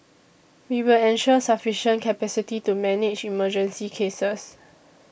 we will ensure sufficient capacity to manage emergency cases